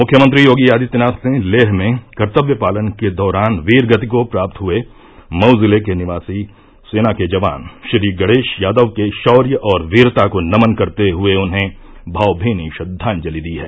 मुख्यमंत्री योगी आदित्यनाथ ने लेह में कर्तव्य पालन के दौरान वीर गति को प्राप्त हुए मऊ जिले के निवासी सेना के जवान श्री गणेश यादव के शौर्य और पीरता को नमन करते हुये उन्हें भावभीनी श्रद्वांजलि दी है